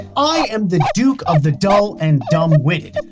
i am the duke of the dull and dim-witted.